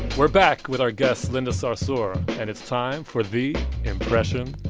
we're back with our guest linda sarsour. and it's time for the impression.